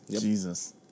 Jesus